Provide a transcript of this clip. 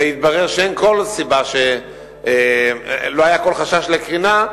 והתברר שאין כל סיבה לחשוש, לא היה כל חשש לקרינה,